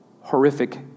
horrific